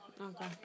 okay